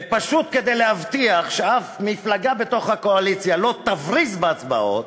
ופשוט כדי להבטיח שאף מפלגה מהקואליציה לא תבריז בהצבעות,